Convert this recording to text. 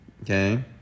okay